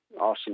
awesome